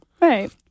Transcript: Right